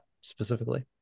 specifically